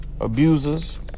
abusers